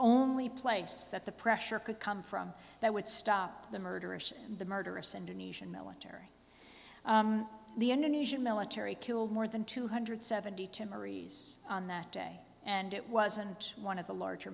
only place that the pressure could come from that would stop the murder of the murderous indonesian military the indonesian military killed more than two hundred seventy two maries on that day and it wasn't one of the larger